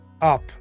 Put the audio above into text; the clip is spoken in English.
up